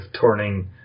turning